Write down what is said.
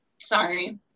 sorry